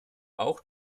auch